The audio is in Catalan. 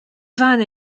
van